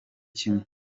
kimwe